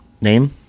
name